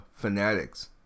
fanatics